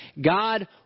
God